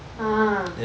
uh